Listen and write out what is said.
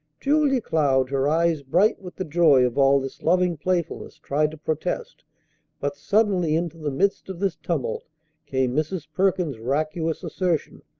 julia cloud, her eyes bright with the joy of all this loving playfulness, tried to protest but suddenly into the midst of this tumult came mrs. perkins's raucous assertion